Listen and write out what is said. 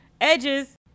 Edges